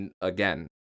again